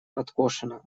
подкошена